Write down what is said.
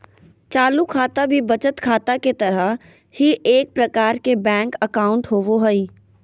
चालू खाता भी बचत खाता के तरह ही एक प्रकार के बैंक अकाउंट होबो हइ